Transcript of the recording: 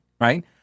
right